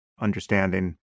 understanding